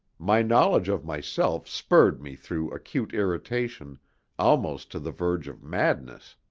my knowledge of myself spurred me through acute irritation almost to the verge of madness.